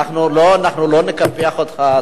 אנחנו לא נקפח אותך.